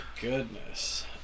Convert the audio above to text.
goodness